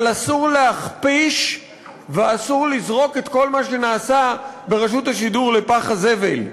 אבל אסור להכפיש ואסור לזרוק את כל מה שנעשה ברשות השידור לפח הזבל.